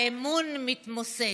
האמון מתמוסס.